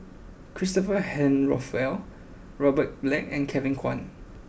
Christopher Henry Rothwell Robert Black and Kevin Kwan